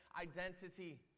identity